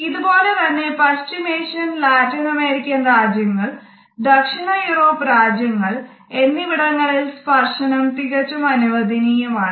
ഇത് പോലെ തന്നെ പശ്ചിമേഷ്യൻ ലാറ്റിൻ അമേരിക്കൻ രാജ്യങ്ങൾ ദക്ഷിണ യൂറോപ്പ് രാജ്യങ്ങൾ എന്നിവിടങ്ങളിലും സ്പർശനം തികച്ചും അനുവദനീയമാണ്